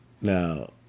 Now